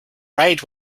right